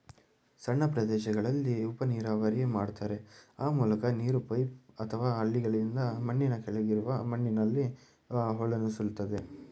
ಸಣ್ಣ ಪ್ರದೇಶಗಳಲ್ಲಿ ಉಪನೀರಾವರಿ ಮಾಡ್ತಾರೆ ಆ ಮೂಲಕ ನೀರು ಪೈಪ್ ಅಥವಾ ಹಳ್ಳಗಳಿಂದ ಮಣ್ಣಿನ ಕೆಳಗಿರುವ ಮಣ್ಣಲ್ಲಿ ಒಳನುಸುಳ್ತದೆ